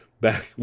back